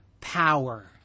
power